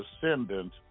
descendant